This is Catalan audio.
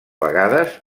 vegades